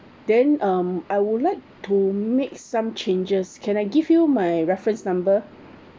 then um I would like to make some changes can I give you my reference number